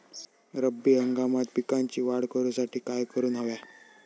रब्बी हंगामात पिकांची वाढ करूसाठी काय करून हव्या?